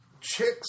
Chicks